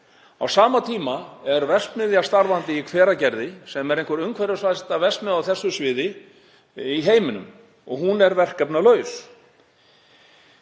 Á sama tíma er verksmiðja starfandi í Hveragerði sem er einhver umhverfisvænsta verksmiðja á þessu sviði í heiminum og hún er verkefnalaus.